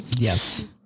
Yes